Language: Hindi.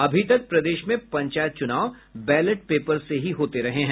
अभी तक प्रदेश में पंचायत चुनाव बैलेट पेपर से ही होते रहे हैं